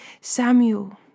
Samuel